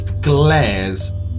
glares